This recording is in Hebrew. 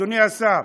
אדוני השר,